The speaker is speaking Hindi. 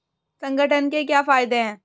संगठन के क्या फायदें हैं?